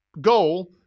goal